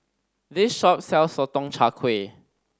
this shop sells Sotong Char Kway